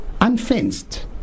unfenced